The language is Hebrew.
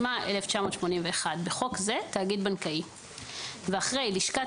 התשמ"א-1981 (בחוק זה תאגיד בנקאי)" ואחרי "לשכת